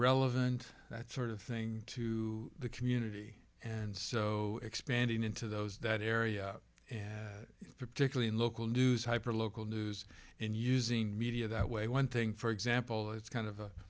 relevant that sort of thing to the community and so expanding into those that area and particularly local news hyper local news and using media that way one thing for example it's kind of